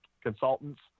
consultants